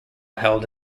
held